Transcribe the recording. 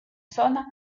zona